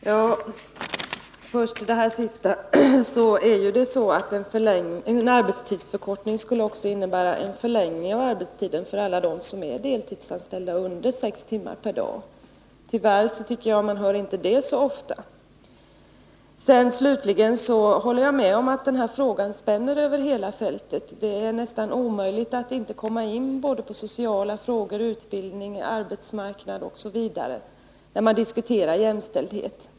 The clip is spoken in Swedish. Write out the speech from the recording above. kärnkraftverket Herr talman! För att först ta upp det sist sagda vill jag säga att en iKOrsmark arbetstidsförkortning ju också skulle innebära en förlängning av arbetstiden för alla dem som är deltidsanställda under sex timmar per dag. Tyvärr tycker jag inte att man hör det sägas så ofta. Slutligen håller jag med om att den här frågan spänner över hela fältet. Det är nästan omöjligt att inte komma in på sociala frågor, utbildning, arbetsmarknad osv. när man diskuterar jämställdhet.